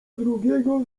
drugiego